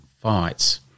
fights